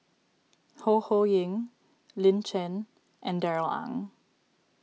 Ho Ho Ying Lin Chen and Darrell Ang